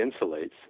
insulates